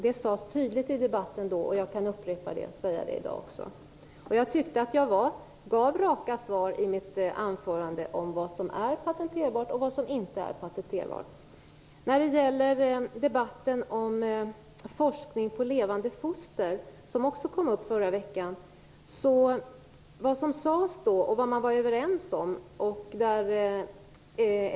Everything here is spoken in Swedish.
Det sades tydligt i debatten då, och jag kan upprepa det i dag. Jag tyckte att jag gav raka svar i mitt anförande om vad som är patenterbart och vad som inte är patenterbart. Debatten om forskning på levande foster kom också upp förra veckan. Vad som sades då, och vad man var överens om, var att man skall göra en översyn av lagstiftningen.